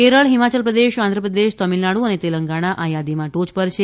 કેરળ હિમાચલપ્રદેશ આંધ્રપ્રદેશ તમીળનાડુ અને તેલંગણા આ યાદીમાં ટોચ પર છે